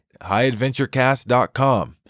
highadventurecast.com